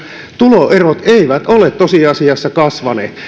tuloerot eivät ole tosiasiassa kasvaneet